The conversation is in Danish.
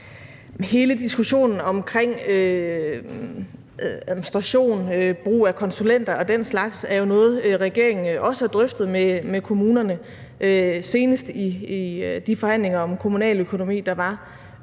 Hele diskussionen omkring administration, brug af konsulenter og den slags er jo noget, regeringen også har drøftet med kommunerne, senest i de forhandlinger om kommunaløkonomi, der var